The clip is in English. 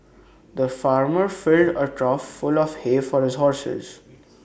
the farmer filled A trough full of hay for his horses